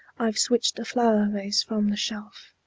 i've switched a flower-vase from the shelf.